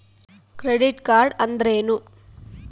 Credit card ಅಂದ್ರೇನು?